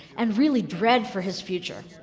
and really dread for his future,